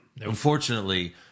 Unfortunately